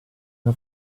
una